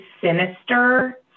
sinister